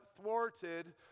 thwarted